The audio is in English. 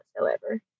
whatsoever